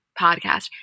podcast